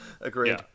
Agreed